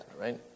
right